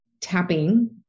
tapping